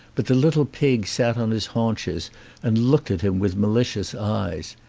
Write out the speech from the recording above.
but the little pig sat on his haunches and looked at him with malicious eyes.